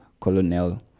colonel